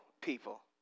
people